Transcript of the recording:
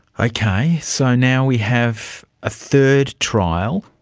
okay, so now we have a third trial.